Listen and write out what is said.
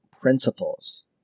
principles